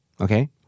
Okay